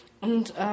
Und